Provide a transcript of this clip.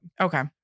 Okay